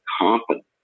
confidence